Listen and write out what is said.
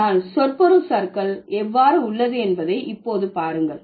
ஆனால் சொற்பொருள் சறுக்கல் எவ்வாறு உள்ளது என்பதை இப்போது பாருங்கள்